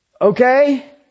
Okay